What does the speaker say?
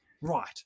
Right